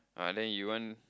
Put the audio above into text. ah then you want